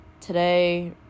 Today